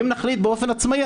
ואם נחליט באופן עצמאי,